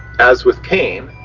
as with cain,